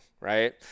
right